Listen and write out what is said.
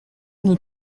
nous